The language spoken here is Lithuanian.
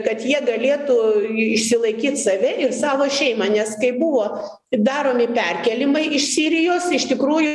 kad jie galėtų išsilaikyt save ir savo šeimą nes kai buvo daromi perkėlimai iš sirijos iš tikrųjų